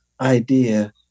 idea